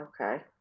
Okay